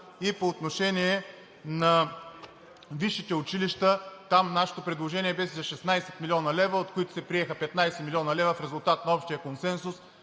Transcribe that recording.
По отношение на висшите училища. Там нашето предложение беше за 16 млн. лв., от които се приеха 15 млн. лв., в резултат на общия консенсус,